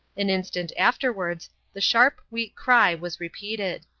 an instant afterwards the sharp, weak cry was repeated.